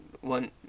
one